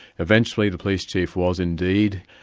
eventually the police chief was indeed,